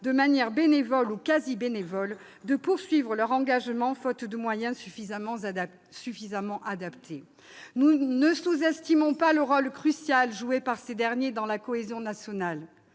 de manière bénévole ou quasi bénévole, de poursuivre leur engagement faute de moyens suffisamment adaptés. Ne sous-estimons pas le rôle crucial joué par ces derniers dans la cohésion nationale.